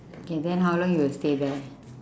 okay then how long you will stay there